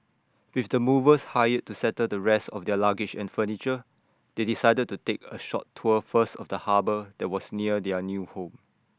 with the movers hired to settle the rest of their luggage and furniture they decided to take A short tour first of the harbour that was near their new home